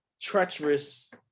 treacherous